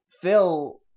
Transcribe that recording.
Phil